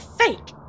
fake